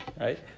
right